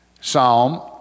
Psalm